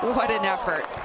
what an effort.